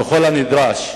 ככל הנדרש,